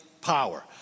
power